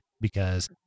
because-